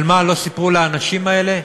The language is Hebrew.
אבל מה לא סיפרו לאנשים האלה?